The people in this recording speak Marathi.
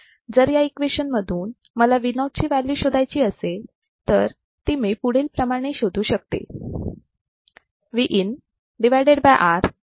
जर या इक्वेशन मधून मला Vo ची व्हॅल्यू शोधायची असेल तर ती मी पुढील प्रमाणे शोधू शकते